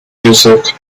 music